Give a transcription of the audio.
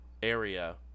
area